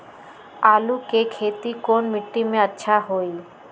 आलु के खेती कौन मिट्टी में अच्छा होइ?